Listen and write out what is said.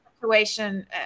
situation